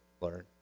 learn